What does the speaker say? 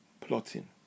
plotting